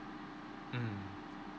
mm